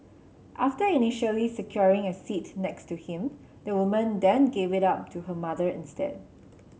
after initially securing a seat next to him the woman then gave it up to her mother instead